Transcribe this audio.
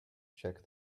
check